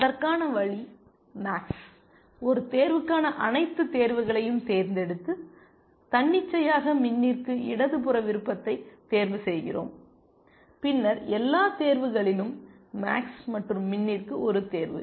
அதற்கான வழி மேக்ஸ் ஒரு தேர்வுக்கான அனைத்து தேர்வுகளையும் தேர்ந்தெடுத்து தன்னிச்சையாக மின்னிற்கு இடதுபுற விருப்பத்தைத் தேர்வு செய்கிறோம் பின்னர் எல்லா தேர்வுகளிலும் மேக்ஸ் மற்றும் மின்னிற்கு ஒரு தேர்வு